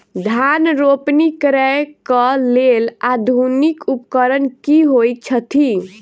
धान रोपनी करै कऽ लेल आधुनिक उपकरण की होइ छथि?